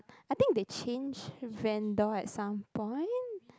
I think they changed vendor at some point